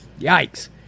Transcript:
Yikes